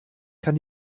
kann